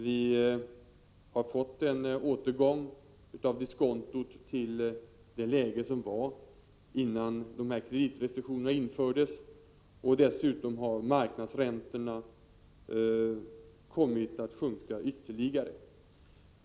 Vi har fått en återgång av diskontot till det läge som rådde innan kreditrestriktionerna infördes. Dessutom har marknadsräntorna kommit att sjunka ytterligare.